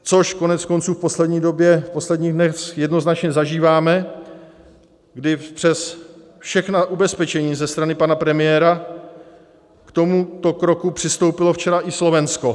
Což koneckonců v poslední době, v posledních dnech, jednoznačně zažíváme, kdy přes všechna ubezpečení ze strany pana premiéra k tomuto kroku přistoupilo včera i Slovensko.